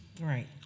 Right